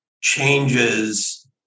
changes